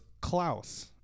Klaus